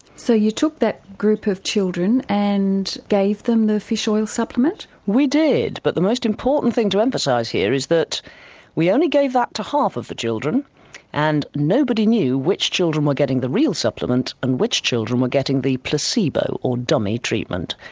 so you took that group of children and gave them the fish oil supplement? we did but the most important thing to emphasise here is that we only gave that to half of the children and nobody knew which children were getting the real supplement and which children were getting the placebo, or dummy treatment.